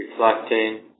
Reflecting